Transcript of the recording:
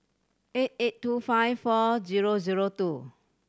eight eight two five four zero zero two